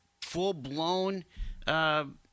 full-blown